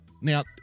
Now